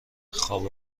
خواب